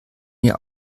ihr